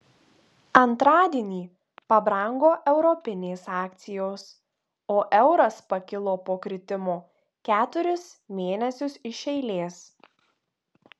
antradienį pabrango europinės akcijos o euras pakilo po kritimo keturis mėnesius iš eilės